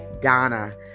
Ghana